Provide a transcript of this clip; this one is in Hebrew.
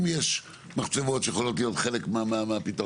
אם יש מחצבות שיכולות להיות חלק מהפתרון,